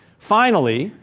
finally,